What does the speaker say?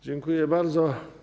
Dziękuję bardzo.